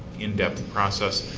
in-depth process,